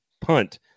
punt